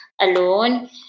alone